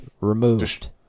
removed